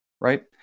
right